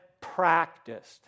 practiced